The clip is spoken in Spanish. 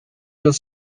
los